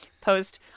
post